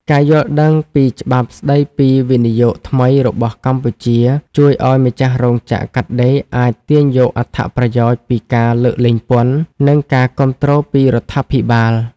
ការយល់ដឹងពីច្បាប់ស្ដីពីវិនិយោគថ្មីរបស់កម្ពុជា ជួយឱ្យម្ចាស់រោងចក្រកាត់ដេរអាចទាញយកអត្ថប្រយោជន៍ពីការលើកលែងពន្ធ និងការគាំទ្រពីរដ្ឋាភិបាល។